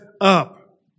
up